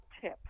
tip